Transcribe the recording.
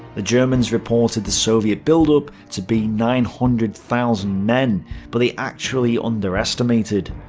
the germans reported the soviet buildup to be nine hundred thousand men but they actually underestimated.